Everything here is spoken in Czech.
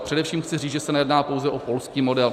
Především chci říci, že se nejedná pouze o polský model.